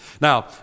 Now